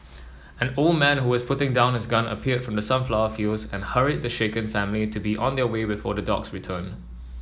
an old man who was putting down his gun appeared from the sunflower fields and hurried the shaken family to be on their way before the dogs return